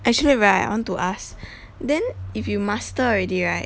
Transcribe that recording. actually right I want to ask then if you master already right